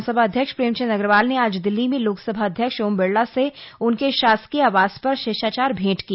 विधानसभा अध्यक्ष प्रेमचंद अग्रवाल ने आज दिल्ली में लोकसभा अध्यक्ष ओम बिरला से उनके शासकीय आवास पर शिष्टाचार भैंट की